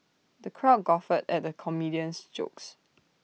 the crowd guffawed at the comedian's jokes